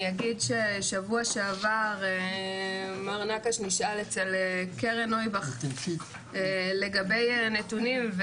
אני אגיד שבשבוע שעבר מר נקש נשאל אצל קרן נוייבך לגבי הנתונים,